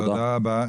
תודה רבה.